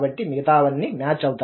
కాబట్టి మిగతావన్నీ మ్యాచ్ అవుతాయి